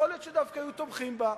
יכול להיות שדווקא היו תומכים בה.